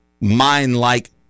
mind-like